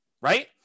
right